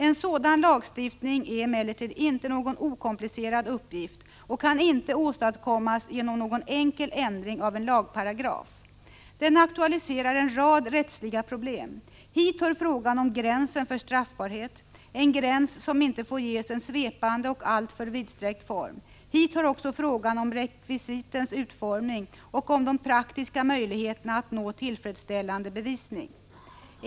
En sådan lagstiftning är emellertid inte någon okomplicerad uppgift och kan inte åstadkommas genom någon enkel ändring av en lagparagraf. Den aktualiserar en rad rättsliga problem. Hit hör frågan om gränsen för straffbarhet, en gräns som inte får ges en svepande och alltför vidsträckt form. Hit hör också frågan om rekvisitens utformning och om de praktiska möjligheterna att nå tillfredsställande bevisning.